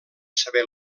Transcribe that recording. saber